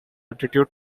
attitude